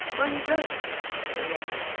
where are you going asked olenin,